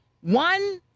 One